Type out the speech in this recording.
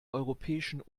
europäischen